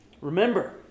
Remember